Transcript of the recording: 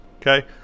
okay